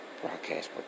broadcast